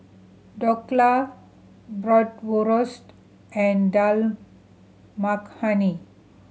Dhokla Bratwurst and Dal Makhani